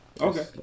Okay